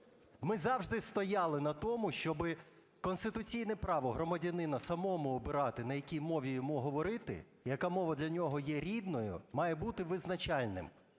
Ми завжди стояли на тому, щоби конституційне право громадянина самому обирати, на якій мові йому говорити, яка мова для нього є рідною, має бути визначальним.